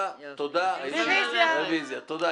הצבעה בעד ההצעה בכפוף לשינויים שנאמרו לפרוטוקול 8 נגד,